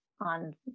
on